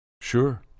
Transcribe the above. Sure